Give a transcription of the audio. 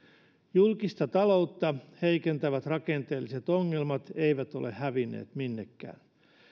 julkista taloutta heikentävät rakenteelliset ongelmat eivät ole hävinneet minnekään